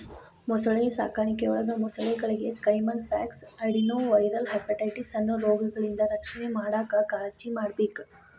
ಮೊಸಳೆ ಸಾಕಾಣಿಕೆಯೊಳಗ ಮೊಸಳೆಗಳಿಗೆ ಕೈಮನ್ ಪಾಕ್ಸ್, ಅಡೆನೊವೈರಲ್ ಹೆಪಟೈಟಿಸ್ ಅನ್ನೋ ರೋಗಗಳಿಂದ ರಕ್ಷಣೆ ಮಾಡಾಕ್ ಕಾಳಜಿಮಾಡ್ಬೇಕ್